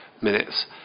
minutes